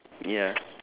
ya